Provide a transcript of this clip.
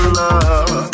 love